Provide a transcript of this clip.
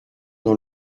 dans